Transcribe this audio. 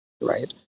Right